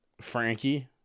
Frankie